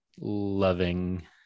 loving